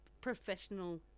professional